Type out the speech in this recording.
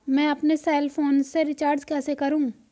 मैं अपने cell phone में रिचार्ज कैसे करूँ?